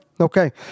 Okay